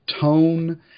tone